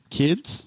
kids